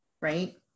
right